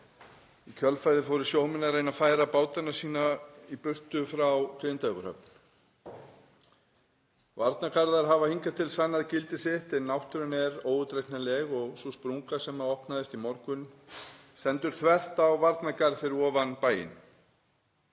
í kjölfarið fóru sjómenn að reyna að færa bátana sína í burtu frá Grindavíkurhöfn. Varnargarðar hafa hingað til sannað gildi sitt en náttúran er óútreiknanleg og sú sprunga sem opnaðist í morgun stendur þvert á varnargarð fyrir ofan bæinn.